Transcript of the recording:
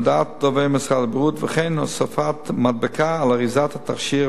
הודעת דובר משרד הבריאות וכן הוספת מדבקה על אריזת התכשיר